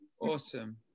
Awesome